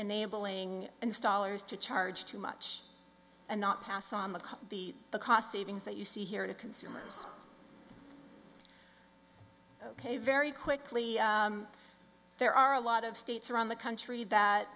enabling installers to charge too much and not pass on the cut the cost savings that you see here to consumers ok very quickly there are a lot of states around the country that